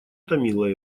томила